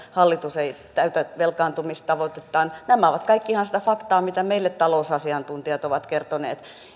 hallitus ei täytä velkaantumistavoitettaan nämä ovat kaikki ihan sitä faktaa mitä meille talousasiantuntijat ovat kertoneet